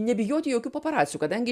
nebijoti jokių paparacių kadangi